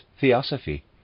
theosophy